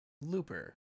Looper